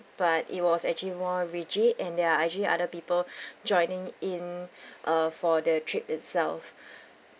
but it was actually more rigid and there are actually other people joining in uh for the trip itself